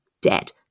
dead